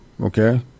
Okay